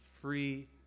free